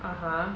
(uh huh)